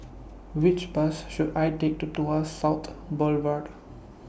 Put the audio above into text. Which Bus should I Take to Tuas South Boulevard